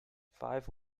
five